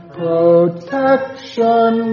protection